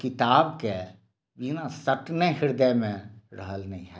तऽ किताबक बिना सटने हृदयमे रहल नहि होएत